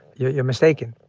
you're you're mistaken.